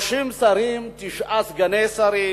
30 שרים, תשעה סגני שרים,